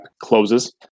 closes